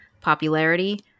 popularity